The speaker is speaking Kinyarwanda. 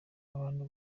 abantu